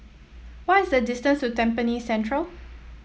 what is the distance to Tampines Central